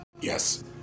Yes